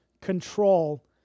control